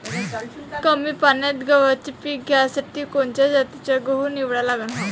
कमी पान्यात गव्हाचं पीक घ्यासाठी कोनच्या जातीचा गहू निवडा लागन?